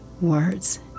words